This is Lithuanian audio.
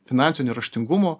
finansiniu raštingumu